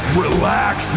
relax